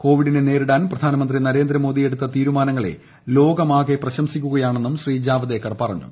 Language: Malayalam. കോവിഡിനെ നേരിടാൻ പ്രധാനമന്ത്രി നരേന്ദ്രമോദി എടുത്ത തീരുമാനങ്ങളെ ലോകമാകെ പ്രശംസിക്കുകയാണെന്നും ശ്രീ ജാവ്ദേക്കർ പറഞ്ഞു